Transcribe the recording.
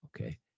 Okay